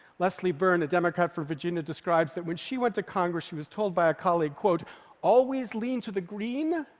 leslie byrne, a democrat from virginia, describes that when she went to congress, she was told by a colleague, always lean to the green.